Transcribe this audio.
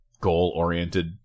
goal-oriented